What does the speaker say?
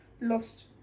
lost